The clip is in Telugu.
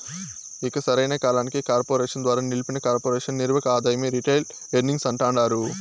ఇక సరైన కాలానికి కార్పెరేషన్ ద్వారా నిలిపిన కొర్పెరేషన్ నిర్వక ఆదాయమే రిటైల్ ఎర్నింగ్స్ అంటాండారు